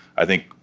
i think,